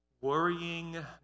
worrying